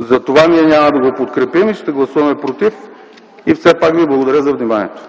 Затова ние няма да го подкрепим и ще гласуваме „против”. Все пак ви благодаря за вниманието.